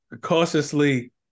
cautiously –